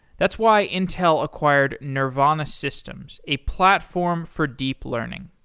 that's why intel acquired nervana systems, a platform for deep learning.